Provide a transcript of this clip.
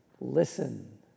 Listen